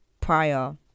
prior